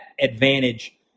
advantage